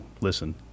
listen